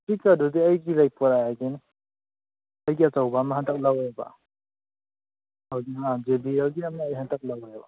ꯏꯁꯄꯤꯀꯔꯗꯨꯗꯤ ꯑꯩꯒꯤ ꯂꯩ ꯄꯨꯔꯛꯑꯒꯦꯅꯦ ꯑꯩꯒꯤ ꯑꯆꯧꯕ ꯑꯃ ꯍꯟꯗꯛ ꯂꯧꯋꯦꯕ ꯖꯦ ꯕꯤ ꯑꯦꯜꯒꯤ ꯑꯝ ꯂꯩ ꯍꯟꯗꯛ ꯂꯧꯋꯦꯕ